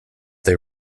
they